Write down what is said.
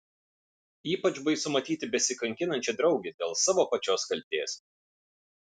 ypač baisu matyti besikankinančią draugę dėl savo pačios kaltės